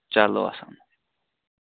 چلو اَسلام وعلیکُم